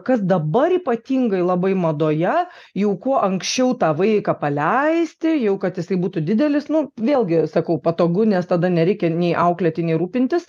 kas dabar ypatingai labai madoje jau kuo anksčiau tą vaiką paleisti jau kad jisai būtų didelis nu vėlgi sakau patogu nes tada nereikia nei auklėti nei rūpintis